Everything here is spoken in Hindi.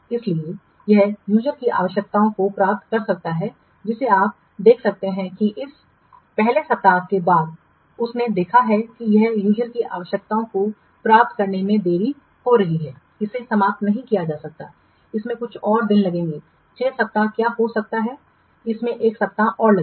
इसलिए यह यूजर की आवश्यकताओं को प्राप्त कर सकता है जिसे आप देख सकते हैं कि इस पहले सप्ताह के बाद उसने देखा है कि यह यूजर की आवश्यकताओं को प्राप्त करने में देरी हो रही है इसे समाप्त नहीं किया जा सकता है इसमें कुछ और दिन लगेंगे 6 सप्ताह क्या हो सकता है इसमें एक सप्ताह और लगेगा